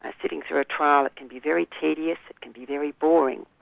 ah sitting through a trial, it can be very tedious, it can be very boring,